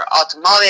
automotive